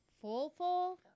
Full-full